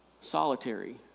solitary